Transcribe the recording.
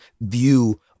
view